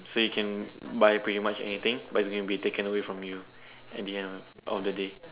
so you can buy pretty much anything but it's gonna be taken away from you at the end of the day